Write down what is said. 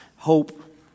Hope